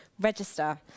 register